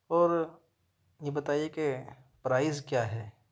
اور یہ بتائیے کہ پرائز کیا ہے